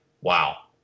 wow